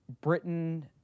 Britain